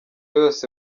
yose